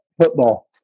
football